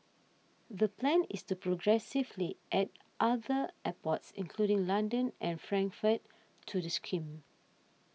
the plan is to progressively add other airports including London and Frankfurt to the scheme